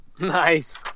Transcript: Nice